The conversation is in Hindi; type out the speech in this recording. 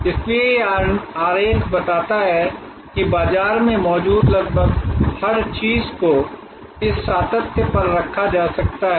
इसलिए यह आरेख बताता है कि बाजार में मौजूद लगभग हर चीज को इस सातत्य पर रखा जा सकता है